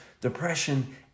depression